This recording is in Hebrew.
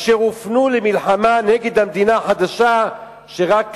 אשר הופנו למלחמה נגד המדינה החדשה שרק קמה,